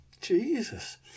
Jesus